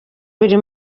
biri